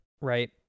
right